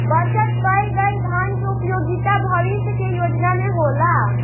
बचत कईल गईल धन के उपयोगिता भविष्य के योजना में होला